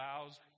allows